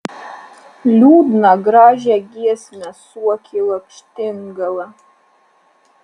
liūdną gražią giesmę suokė lakštingala